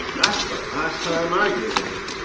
that's the last time i give in!